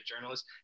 journalist